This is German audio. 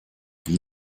wien